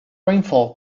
rainfall